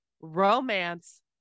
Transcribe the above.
romance